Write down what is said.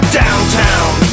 downtown